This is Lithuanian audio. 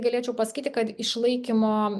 galėčiau pasakyti kad išlaikymo